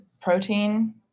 protein